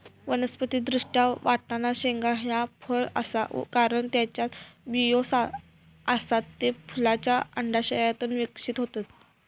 वनस्पति दृष्ट्या, वाटाणा शेंगा ह्या फळ आसा, कारण त्येच्यात बियो आसत, ते फुलांच्या अंडाशयातून विकसित होतत